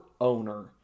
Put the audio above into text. owner